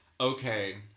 okay